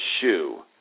shoe